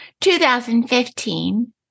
2015